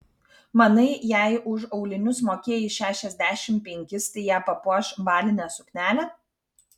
manai jei už aulinius mokėjai šešiasdešimt penkis tai jie papuoš balinę suknelę